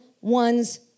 one's